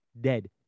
Dead